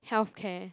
healthcare